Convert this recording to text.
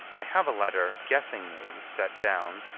i have a letter guessingly set down,